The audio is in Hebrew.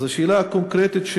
אז השאלה הקונקרטית: